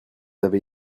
avez